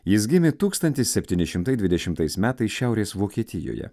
jis gimė tūkstantis septyni šimtai dvidešimtais metais šiaurės vokietijoje